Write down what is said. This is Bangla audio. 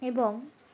এবং